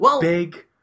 big